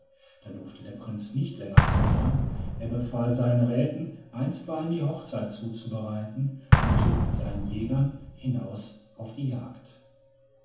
da durfte der prinz nicht länger zaudern er befahl seinen räten einstweilen die hochzeit zuzubereiten und zog mit seinen jägern hinaus auf die jagd